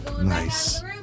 Nice